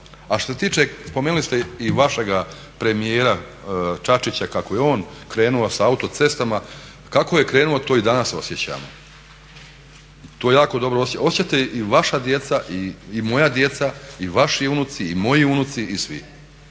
A što se tiče, spomenuli ste i vašega premijera Čačića kako je on krenuo sa autocestama, kako je krenuo to i danas osjećamo. To jako dobro osjećamo. Osjećat će i vaša djeca i moja djeca i vaši unuci i moji unuci i svi.